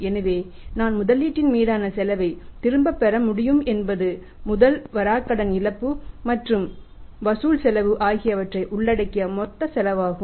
எனவே நான் முதலீட்டின் மீதான செலவை திரும்பப் பெற முடியும் என்பது முதல் வராக்கடன் இழப்பு மற்றும் வசூல் செலவு ஆகியவற்றை உள்ளடக்கிய மொத்த செலவு ஆகும்